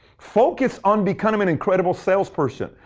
focus on becoming an incredible sales person.